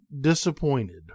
disappointed